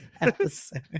episode